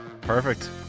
Perfect